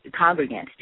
congregants